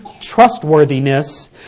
trustworthiness